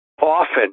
often